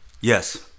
Yes